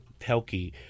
Pelkey